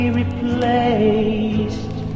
replaced